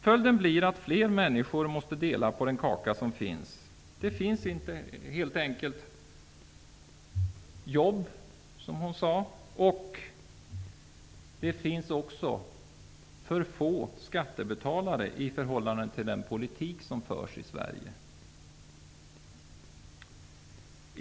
Följden blir att fler människor måste dela på den kaka som finns. Det finns helt enkelt inte jobb, som invandrarministern också sade. Vidare är skattebetalarna för få i förhållande till den politik som förs i Sverige.